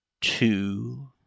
two